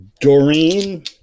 Doreen